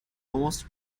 almost